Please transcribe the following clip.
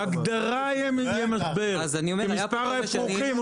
ההגדרה היא המשבר, מספר האפרוחים.